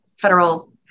federal